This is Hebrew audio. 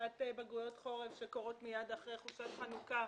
מפאת בגרויות חורף שקורות מיד אחרי חופשת חנוכה,